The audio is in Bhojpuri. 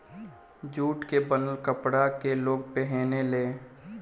जूट के बनल कपड़ा के लोग पहिने ले